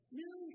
new